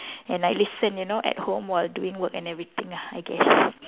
and I listen you know at home while doing work and everything ah I guess